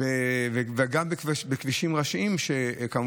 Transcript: ואז אתה נתקל בחסימות ובפקקים ארוכים שאתה